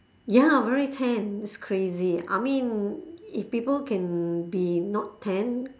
ya very tan it's crazy I mean if people can be not tan